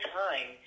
time